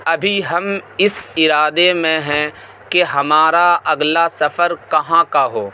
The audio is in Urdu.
ابھی ہم اس ارادے میں ہیں کہ ہمارا اگلا سفر کہاں کا ہو